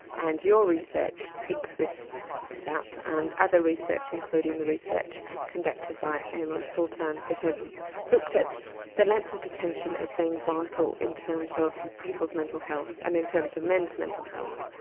and your research picks this this out and other research including the research conducted by aamer ah sultan, that have looked at the length of detention as being vital in terms of people's mental health, and in terms of men's mental health.